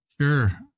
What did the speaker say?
Sure